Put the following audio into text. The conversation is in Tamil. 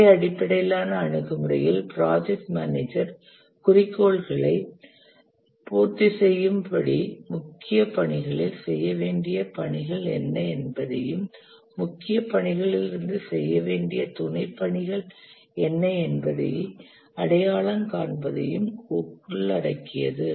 வேலை அடிப்படையிலான அணுகுமுறையில் ப்ராஜெக்ட் மேனேஜர் குறிக்கோள்களை பூர்த்தி செய்யும்படி முக்கிய பணிகளில் செய்ய வேண்டிய பணிகள் என்ன என்பதையும் முக்கிய பணிகளில் இருந்து செய்ய வேண்டிய துணைப் பணிகள் என்ன என்பதை அடையாளம் காண்பதையும் உள்ளடக்கியது